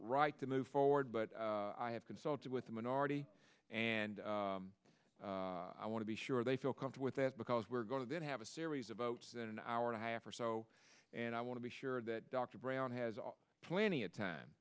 right to move forward but i have consulted with the minority and i want to be sure they feel comfort with that because we're going to have a series of votes that an hour and a half or so and i want to be sure that dr brown has plenty of time